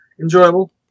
Enjoyable